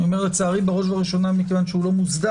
אני אומר לצערי כי הוא לא מוסדר.